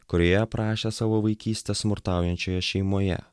kurioje aprašė savo vaikystę smurtaujančioje šeimoje